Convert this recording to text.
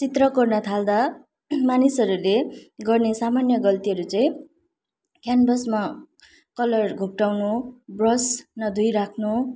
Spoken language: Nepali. चित्र कोर्न थाल्दा मानिसहरूले गर्ने सामान्य गल्तीहरू चाहिँ क्यानभसमा कलर घोप्टाउनु ब्रस नधोई राख्नु